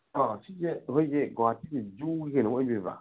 ꯑꯥ ꯁꯤꯁꯦ ꯑꯩꯈꯣꯏꯒꯤ ꯒꯨꯍꯥꯇꯤ ꯖꯨꯒꯤ ꯀꯩꯅꯣ ꯑꯣꯏꯕꯤꯔꯕ